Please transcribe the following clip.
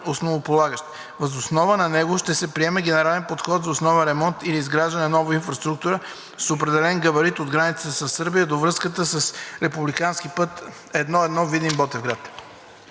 основополагащ. Въз основа на него ще се приеме генерален подход за основен ремонт или изграждане на нова инфраструктура с определен габарит от границата със Сърбия до връзката с републикански път I-1 Видин – Ботевград.